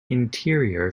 interior